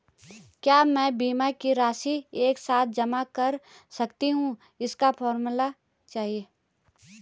क्या मैं बीमा की राशि एक साथ जमा कर सकती हूँ इसका फॉर्म चाहिए?